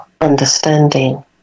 understanding